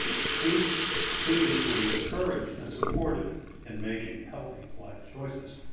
students students will be encouraged and supported in making healthy life choices.